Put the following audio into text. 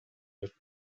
with